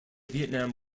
vietnam